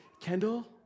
Kendall